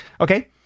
Okay